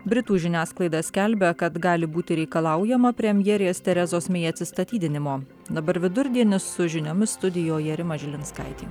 britų žiniasklaida skelbia kad gali būti reikalaujama premjerės terezos mei atsistatydinimo dabar vidurdienis su žiniomis studijoje rima žilinskaitė